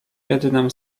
jednem